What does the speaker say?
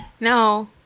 no